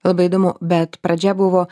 labai įdomu bet pradžia buvo